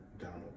Donald